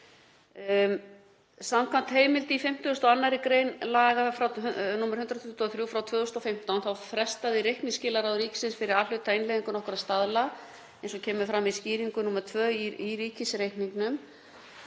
Samkvæmt heimild í 52. gr. laga nr. 123/2015 frestaði reikningsskilaráð ríkisins fyrir A-hluta innleiðingu nokkurra staðla eins og kemur fram í skýringu nr. 2 í ríkisreikningnum.